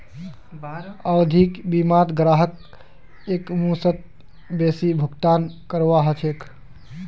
आवधिक बीमात ग्राहकक एकमुश्त बेसी भुगतान करवा ह छेक